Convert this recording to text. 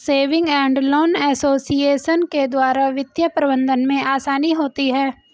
saving and loan association के द्वारा वित्तीय प्रबंधन में आसानी होती है